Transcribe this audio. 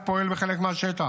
צה"ל עוד פועל בחלק מהשטח,